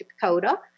Dakota